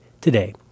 today